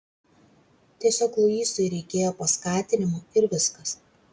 tiesiog luisui reikėjo paskatinimo ir viskas